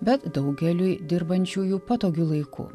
bet daugeliui dirbančiųjų patogiu laiku